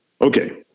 okay